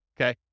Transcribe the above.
okay